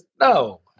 no